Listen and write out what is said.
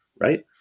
Right